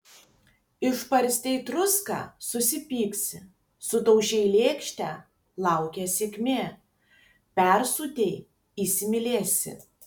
išbarstei druską susipyksi sudaužei lėkštę laukia sėkmė persūdei įsimylėsi